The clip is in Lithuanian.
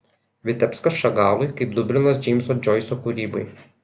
vitebskas šagalui kaip dublinas džeimso džoiso kūrybai